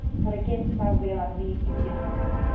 for against my will i may do you harm.